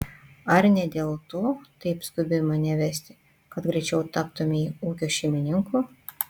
ar ne dėl to taip skubi mane vesti kad greičiau taptumei ūkio šeimininku